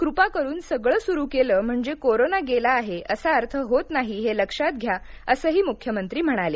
कृपा करून सगळं सुरू केलं म्हणजे कोरोना गेला आहे असा अर्थ होत नाही हे लक्षात घ्या असही मुख्यमंत्री म्हणाले